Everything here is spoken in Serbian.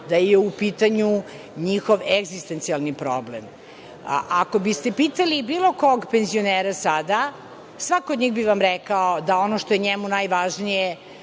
da je u pitanju njihov egzistencijalni problem. Ako biste pitali bilo kog penzionera sada, svako od njih bi vam rekao da ono što je njemu najvažnije,